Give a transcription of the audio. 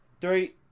Three